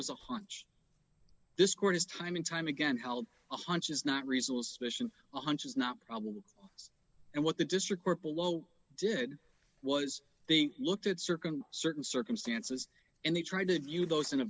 was a hunch this court has time and time again held a hunch is not reasonable suspicion a hunch is not probable cause and what the district court below did was they looked at certain certain circumstances and they tried to view those in a